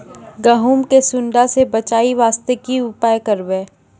गहूम के सुंडा से बचाई वास्ते की उपाय करबै?